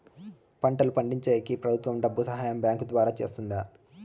పంటలు పండించేకి ప్రభుత్వం డబ్బు సహాయం బ్యాంకు ద్వారా చేస్తుందా?